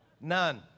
None